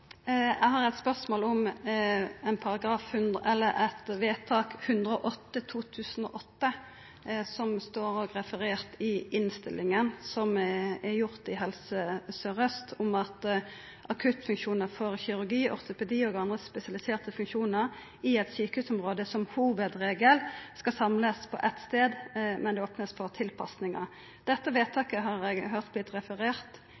Eg har eit spørsmål om vedtak 108/2008, som òg står referert i innstillinga, som er gjort i Helse Sør-Aust, om at «akuttfunksjoner for kirurgi, ortopedi og andre spesialiserte funksjoner i et sykehusområde som hovedregel skal samles på ett sted, men det åpnes for tilpasninger». Dette vedtaket har eg høyrt har vorte referert